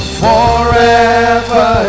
forever